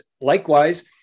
Likewise